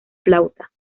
flauta